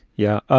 yeah. ah